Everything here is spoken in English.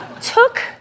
took